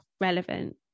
relevant